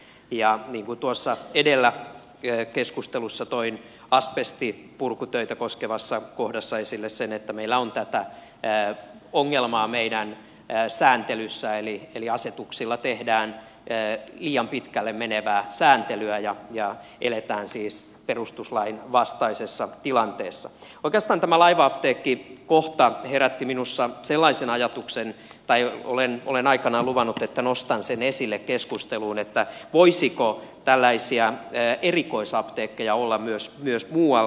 ja niin kuin tuossa edellisessä keskustelussa toin asbestipurkutöitä koskevassa kohdassa esille sen että meillä on tätä ongelmaa meidän sääntelyssämme eli asetuksilla tehdään liian pitkälle menevää sääntelyä ja eletään siis perustuslain vastaisessa tilanteessa oikeastaan tämä laiva apteekkikohta herätti minussa sellaisen ajatuksen tai olen aikanaan luvannut että nostan sen esille keskusteluun voisiko tällaisia erikoisapteekkeja olla myös muualla